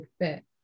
fit